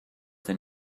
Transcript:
than